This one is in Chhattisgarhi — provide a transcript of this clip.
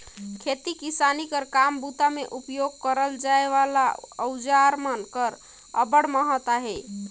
खेती किसानी कर काम बूता मे उपियोग करल जाए वाला अउजार मन कर अब्बड़ महत अहे